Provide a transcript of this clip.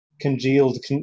congealed